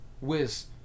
whiz